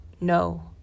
No